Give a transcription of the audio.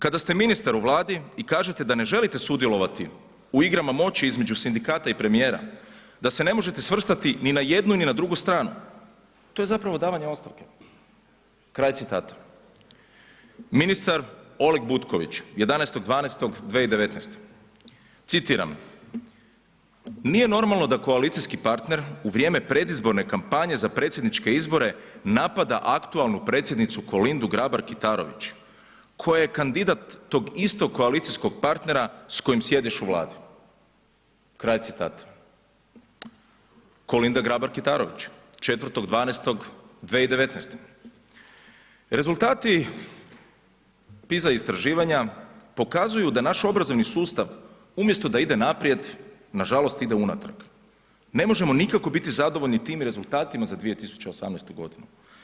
Kada ste ministar u Vladi i kažete da ne želite sudjelovati u igrama moći između sindikata i premijera, da se ne možete svrstati ni na jednu ni na drugu stranu, to je zapravo davanje ostavke.“ Ministar Oleg Butković, 11.12.2019., citiram: „Nije normalno da koalicijski partner u vrijeme predizborne kampanje za predsjedniče izbore napada aktualnu Predsjednicu Kolindu Grabar Kitarović koja je kandidat tog istog koalicijskog partnera s kojim sjediš u Vladi.“ Kolinda Grabar Kitarović, 4.12.2019.: „Rezultati niza istraživanja pokazuju da naš obrazovni sustav umjesto da ide naprijed, nažalost ide unatrag, ne možemo nikako biti zadovoljni tim rezultatima za 2018. godinu.